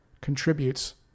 contributes